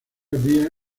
vía